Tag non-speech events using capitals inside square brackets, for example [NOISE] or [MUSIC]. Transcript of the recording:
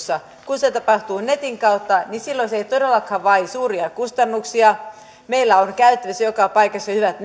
kun se tapahtuu netin kautta niin silloin se ei todellakaan vaadi suuria kustannuksia meillä on käytössä joka järjestelypaikassa hyvät [UNINTELLIGIBLE]